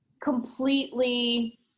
completely